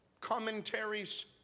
commentaries